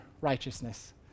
righteousness